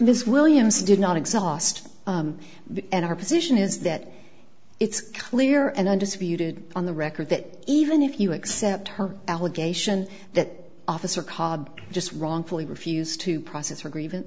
this williams did not exhaust and our position is that it's clear and undisputed on the record that even if you accept her allegation that officer cobb just wrongfully refused to process her grievance